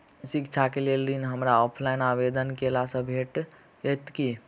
शिक्षा केँ लेल ऋण, हमरा ऑफलाइन आवेदन कैला सँ भेटतय की?